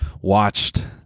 watched